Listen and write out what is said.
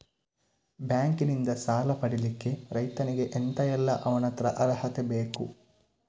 Bank ನಿಂದ ಸಾಲ ಪಡಿಲಿಕ್ಕೆ ರೈತನಿಗೆ ಎಂತ ಎಲ್ಲಾ ಅವನತ್ರ ಅರ್ಹತೆ ಬೇಕು?